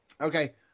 Okay